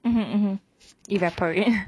mmhmm mmhmm evaporate